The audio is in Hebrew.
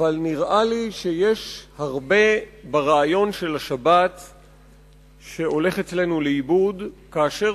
אבל נראה לי שיש הרבה ברעיון של השבת שהולך אצלנו לאיבוד כאשר